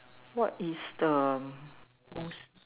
what is the most